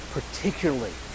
particularly